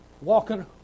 walking